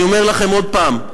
אני אומר לכם עוד פעם,